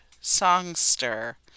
Songster